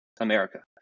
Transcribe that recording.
America